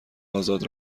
آزاد